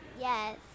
Yes